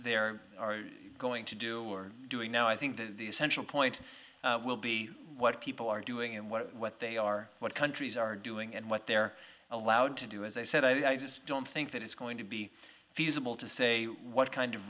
they're going to do or doing now i think the essential point will be what people are doing and what what they are what countries are doing and what they're allowed to do as i said i don't think that it's going to be feasible to say what kind of